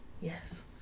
Yes